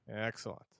excellent